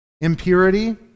Impurity